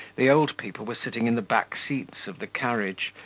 the old people were sitting in the back seats of the carriage,